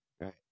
Right